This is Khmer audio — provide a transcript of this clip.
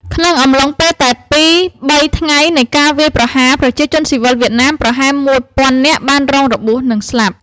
ក្នុងអំឡុងពេលតែពីរ-បីថ្ងៃនៃការវាយ ប្រហារ ប្រជាជនស៊ីវិលវៀតណាម ប្រហែលមួយ ពាន់នាក់បានរងរបួសនិងស្លាប់។